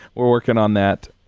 we're working on that,